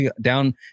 down